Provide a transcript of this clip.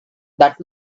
that